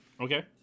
Okay